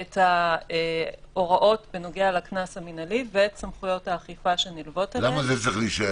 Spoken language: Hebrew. את ההוראות בנוגע לקנס המינהלי ואת סמכויות האכיפה שנלוות אליהן.